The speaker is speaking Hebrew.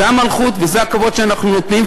זה המלכות וזה הכבוד שאנחנו נותנים,